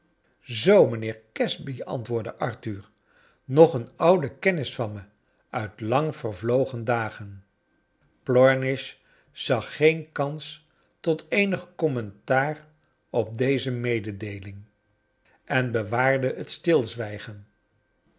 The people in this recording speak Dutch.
zoo mijnheer casby antwoordde arthur nog een oude kennis van me uit lang vervlogen dagen plomish zag geen kans tot eeni'g commentaar op deze mededeeling en kleine dorbit bewaarde het stilzwijgen